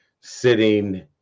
sitting